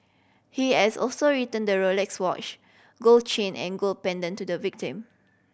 he has also return the Rolex watch gold chain and gold pendant to the victim